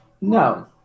No